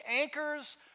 anchors